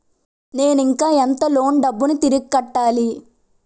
నేను ఇంకా ఎంత లోన్ డబ్బును తిరిగి కట్టాలి?